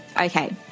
Okay